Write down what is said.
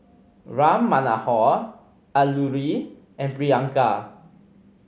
Ram Manohar Alluri and Priyanka